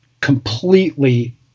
completely